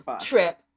trip